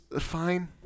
fine